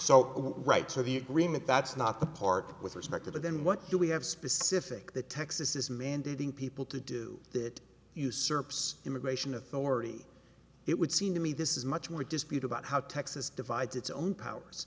went right to the agreement that's not the part with respect to the then what do we have specific that texas is mandating people to do that usurps immigration authority it would seem to me this is much more a dispute about how texas divides its own powers